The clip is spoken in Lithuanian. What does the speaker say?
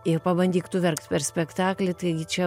i pabandyk tu verkt per spektaklį taigi čia